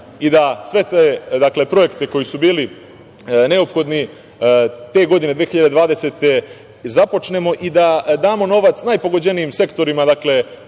i da sve te projekte koji su bili neophodni te godine, 2020, započnemo i da damo novac najpogođenijim sektorima -